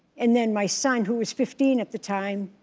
and then, my son who was fifteen at the time,